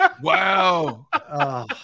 Wow